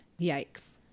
Yikes